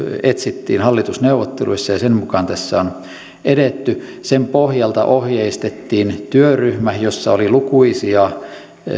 etsittiin hallitusneuvotteluissa ja sen mukaan tässä on edetty sen pohjalta ohjeistettiin työryhmä jossa oli lukuisia